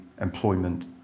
employment